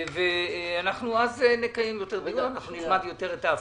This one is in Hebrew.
ואז נצטרך להצביע.